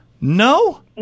No